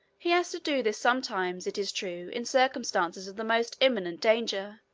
he has to do this sometimes, it is true, in circumstances of the most imminent danger,